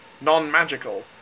non-magical